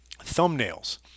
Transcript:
Thumbnails